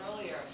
earlier